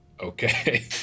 Okay